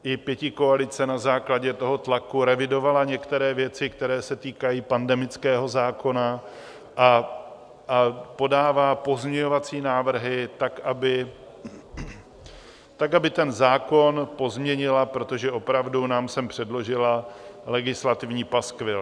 I pětikoalice na základě toho tlaku revidovala některé věci, které se týkají pandemického zákona, a podává pozměňovací návrhy tak, aby ten zákon pozměnila, protože opravdu nám sem předložila legislativní paskvil.